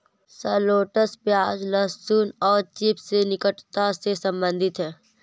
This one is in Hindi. शलोट्स प्याज, लहसुन और चिव्स से निकटता से संबंधित है